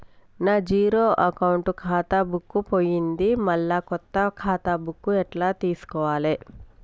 నా zero account ఖాతా book పోయింది మళ్ళా కొత్త ఖాతా బుక్కు ఎట్ల తీసుకోవాలే?